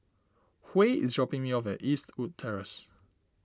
Huy is dropping me off at Eastwood Terrace